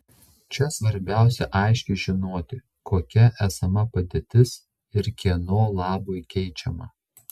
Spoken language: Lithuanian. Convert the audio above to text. čia svarbiausia aiškiai žinoti kokia esama padėtis ir kieno labui keičiama